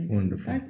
Wonderful